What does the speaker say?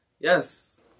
yes